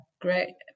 Great